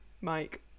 Mike